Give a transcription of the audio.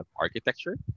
architecture